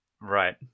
Right